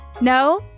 No